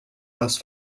les